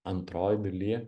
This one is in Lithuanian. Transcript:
antroj daly